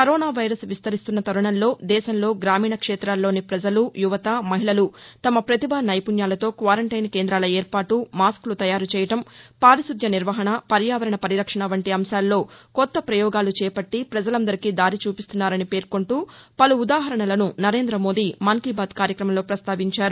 corona virus విస్తరిస్తున్న ఈ తరుణంలో దేశంలో గ్రామీణ క్షేతాల్లోని పజలు యువత మహిళలు తమ పతిభ నైపుణ్యాలతో క్వారంబైన్ కేందాల ఏర్పాటు మాస్కులు తయారు చేయటం పారిశుద్య నిర్వహణ పర్యావరణ పరిరక్షణ వంటి అంశాల్లో కొత్త పయోగాలు చేపట్లి ప్రజలందరికీ దారి చూపిస్తున్నారని పేర్కొంటూ పలు ఉదాహరణలను నరేంద్ర మోదీ మన్ కీ బాత్ కార్యక్రమంలో ప్రస్తావించారు